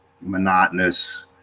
monotonous